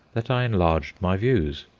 that i enlarged my views.